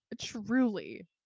truly